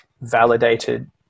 validated